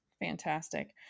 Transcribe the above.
fantastic